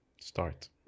Start